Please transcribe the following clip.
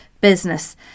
business